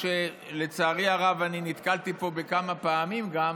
שלצערי הרב אני נתקלתי פה כמה פעמים גם,